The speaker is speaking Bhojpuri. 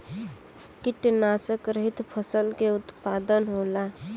कीटनाशक रहित फसल के उत्पादन होला